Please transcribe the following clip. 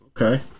Okay